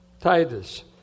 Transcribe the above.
Titus